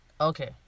Okay